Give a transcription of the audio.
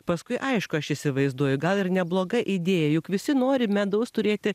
paskui aišku aš įsivaizduoju gal ir nebloga idėja juk visi nori medaus turėti